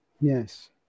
Yes